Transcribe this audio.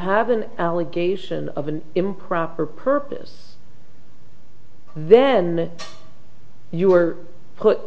have an allegation of an improper purpose and then you are put